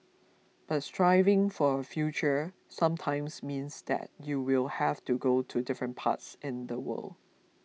but striving for a future sometimes means that you will have to go to different pass in the world